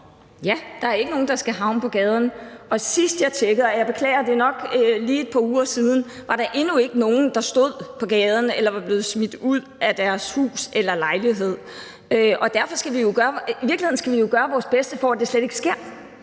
Ja, der er ikke nogen, der skal havne på gaden. Sidst, jeg tjekkede, og jeg beklager, at det nok er et par uger siden, var der endnu ikke nogen, der stod på gaden eller var blevet smidt ud af deres hus eller lejlighed. I virkeligheden skal vi jo gøre vort bedste for, at det slet ikke sker,